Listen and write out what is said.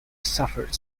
suffered